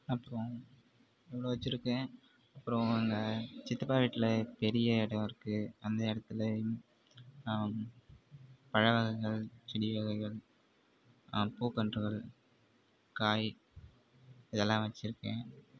அப்புறம் இவ்வளோ வச்சுருக்கேன் அப்புறம் நாங்கள் சித்தப்பா வீட்டில் பெரிய இடம் இருக்குது அந்த இடத்துலயும் நான் பழ வகைகள் செடி வகைகள் பூ கன்றுகள் காய் இதெல்லாம் வச்சுருக்கேன்